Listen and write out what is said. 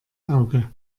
auge